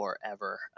forever